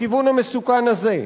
בכיוון המסוכן הזה.